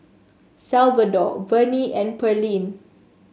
Salvador Vernie and Pearlene